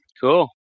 Cool